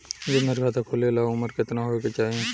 जन धन खाता खोले ला उमर केतना होए के चाही?